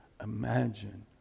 imagine